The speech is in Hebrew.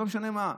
לא משנה מה,